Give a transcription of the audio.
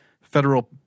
federal